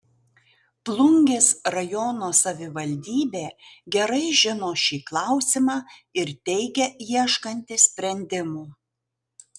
plungės rajono savivaldybė gerai žino šį klausimą ir teigia ieškanti sprendimų